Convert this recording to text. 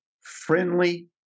friendly